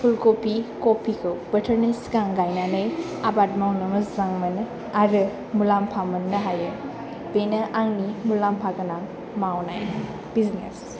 फुलकभि कभिखौ बोथोरनि सिगां गायनानै आबाद मावनो मोजां मोनो आरो मुलाम्फा मोन्नो हायो बेनो आंनि मुलाम्फा गोनां मावनाय बिजनेस